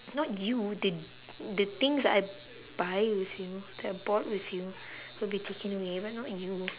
not you the the things I buy with you that I bought with you will be taken away but not you